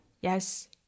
Yes